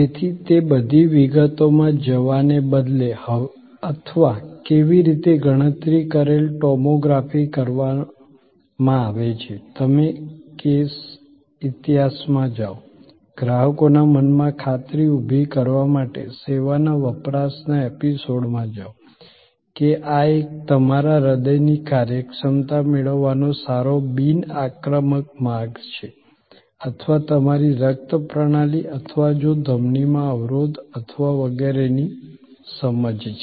તેથી તે બધી વિગતોમાં જવાને બદલે અથવા કેવી રીતે ગણતરી કરેલ ટોમોગ્રાફી કરવામાં આવે છે તમે કેસ ઇતિહાસમાં જાઓ ગ્રાહકોના મનમાં ખાતરી ઊભી કરવા માટે સેવાના વપરાશના એપિસોડમાં જાઓ કે આ એક તમારા હૃદયની કાર્યક્ષમતા મેળવવાનો સારો બિન આક્રમક માર્ગ છે અથવા તમારી રક્ત પ્રણાલી અથવા જો ધમનીમાં અવરોધ અથવા વગેરેની સમજ છે